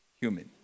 human